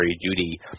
duty